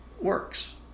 works